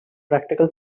practical